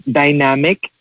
dynamic